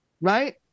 right